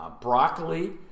broccoli